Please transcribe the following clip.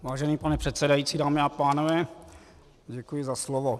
Vážený pane předsedající, dámy a pánové, děkuji za slovo.